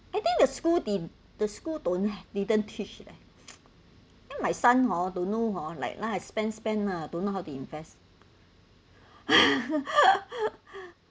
I think the school didn't the school don't ha~ didn't teach leh my son hor don't know hor like lah I spend spend lah don't know how to invest